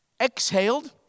exhaled